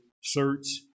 search